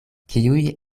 kiuj